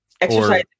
Exercise